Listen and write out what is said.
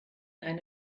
eine